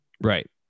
Right